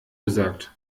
gesagt